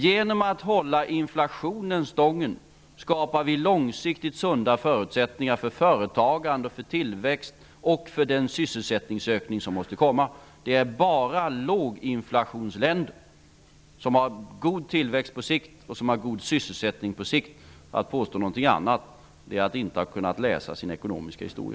Genom att hålla inflationen stången skapar vi långsiktigt sunda förutsättningar för företagande, för tillväxt och för den sysselsättningsökning som måste komma. Det är bara låginflationsländer som på sikt har god tillväxt och god sysselsättning. Att påstå någonting annat är visa att man inte har kunnat läsa sin ekonomiska historia.